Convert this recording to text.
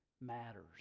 matters